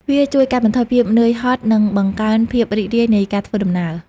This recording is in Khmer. វាជួយកាត់បន្ថយភាពនឿយហត់ និងបង្កើនភាពរីករាយនៃការធ្វើដំណើរ។